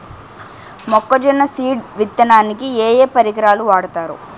మొక్కజొన్న సీడ్ విత్తడానికి ఏ ఏ పరికరాలు వాడతారు?